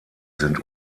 sind